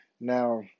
now